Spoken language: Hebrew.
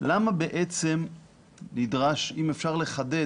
למה בעצם נדרש - אם אפשר לחדד,